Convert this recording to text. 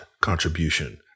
contribution